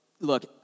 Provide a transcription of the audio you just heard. look